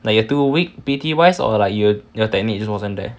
like you are too weak P_T wise or like you your technique just wasn't there